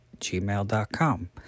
gmail.com